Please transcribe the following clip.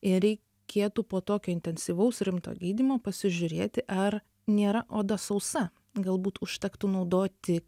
ir reikėtų po tokio intensyvaus rimto gydymo pasižiūrėti ar nėra oda sausa galbūt užtektų naudoti